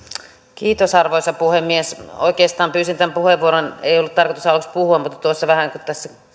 kiitos arvoisa puhemies oikeastaan pyysin tämän puheenvuoron ei ollut tarkoitus aluksi puhua kun tässä